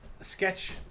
sketch